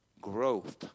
growth